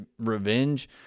revenge